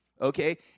Okay